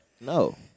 No